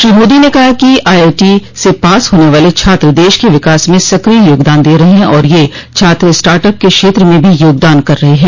श्री मोदी ने कहा कि आई आई टी से पास होने वाले छात्र देश के विकास में सक्रिय योगदान दे रहे हैं और ये छात्र स्टार्टअप के क्षेत्र में भी योगदान कर रहे हैं